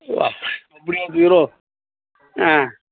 ஆ